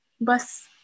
bus